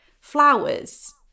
flowers